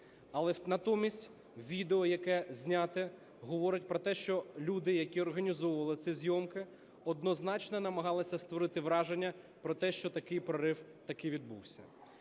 Але натомість відео, яке знято, говорить про те, що люди, які організовували ці зйомки, однозначно намагалися створити враження про те, що такий прорив таки відбувся.